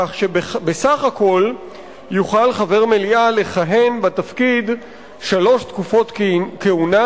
כך שבסך הכול יוכל חבר מליאה לכהן בתפקיד שלוש תקופות כהונה,